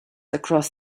across